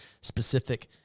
specific